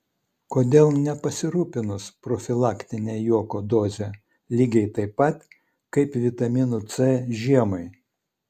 kodėl nepasirūpinus profilaktine juoko doze lygiai taip pat kaip vitaminu c žiemai